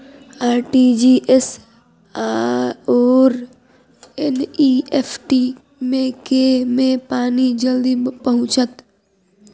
RTGS आओर NEFT मे केँ मे पानि जल्दी पहुँचत